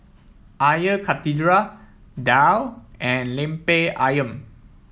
Air Karthira Daal and Lemper ayam